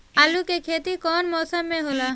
आलू के खेती कउन मौसम में होला?